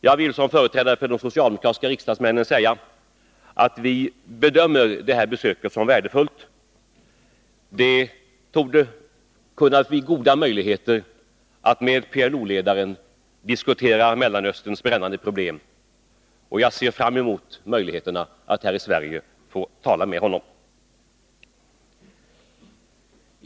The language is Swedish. Jag vill som företrädare för de socialdemokratiska riksdagsmännen säga att vi bedömer det besöket som värdefullt. Det torde kunna bli goda möjligheter att med PLO-ledaren diskutera Mellanösterns brännande problem, och jag ser fram emot möjligheterna att få tala med honom här i Sverige.